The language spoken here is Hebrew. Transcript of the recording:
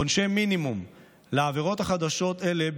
עונשי מינימום על עבירות חדשות אלה,